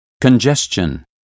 congestion